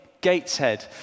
Gateshead